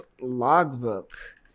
logbook